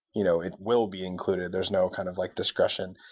you know it will be included. there's no kind of like discretion.